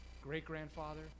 great-grandfather